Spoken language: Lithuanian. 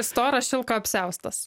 storo šilko apsiaustas